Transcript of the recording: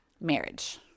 Marriage